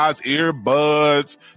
earbuds